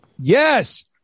Yes